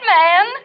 man